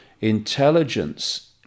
intelligence